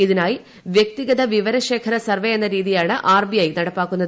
ഇതിനായി വ്യക്തിഗത വിവരശേഖര സർവേ എന്ന രീതിയാണ് ആർബിഐ നടപ്പാക്കുന്നത്